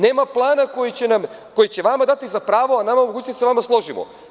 Nema plana koji će vama dati za pravo, a nama mogućnost da se sa vama složimo.